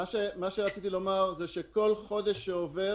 כל חודש שעובר